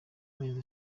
mezi